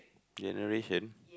generation